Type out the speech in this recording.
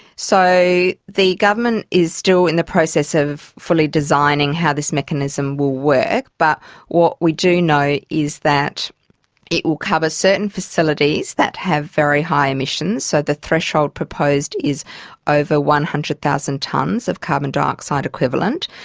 so the government is still in the process of fully designing how this mechanism will work, but what we do know is that it will cover certain facilities that have very high emissions, so the threshold proposed is over one hundred thousand tonnes of carbon dioxide equivalent.